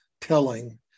telling